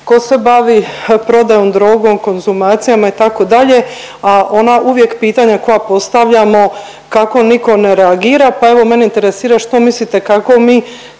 tko se bavi prodajom drogom, konzumacijama itd., a ona uvijek pitanja koja postavljamo kako nitko ne reagira. Pa evo mene interesira što mislite kako mi